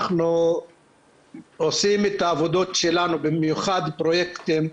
אנחנו עושים את העבודות שלנו, במיוחד פרויקטים,